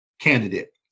candidate